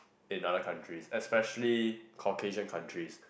in other countries especially Caucasian countries